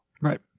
Right